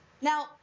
Now